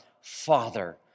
Father